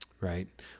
right